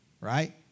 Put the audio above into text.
right